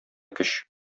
көч